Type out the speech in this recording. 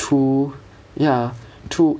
two ya two